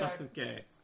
Okay